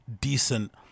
decent